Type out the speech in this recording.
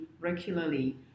regularly